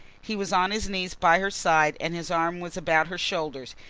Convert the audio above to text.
he was on his knees by her side and his arm was about her shoulders,